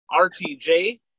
rtj